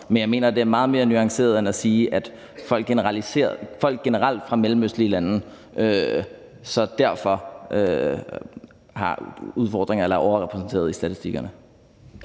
men jeg mener, at det er meget mere nuanceret end at sige, at folk generelt fra mellemøstlige lande af den grund har udfordringer eller er overrepræsenteret i statistikkerne.